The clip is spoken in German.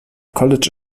college